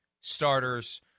starters